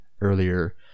earlier